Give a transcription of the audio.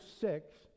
six